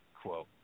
Quote